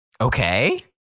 Okay